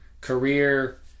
career